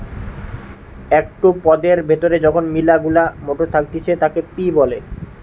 একটো পদের ভেতরে যখন মিলা গুলা মটর থাকতিছে তাকে পি বলে